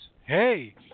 Hey